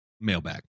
mailbag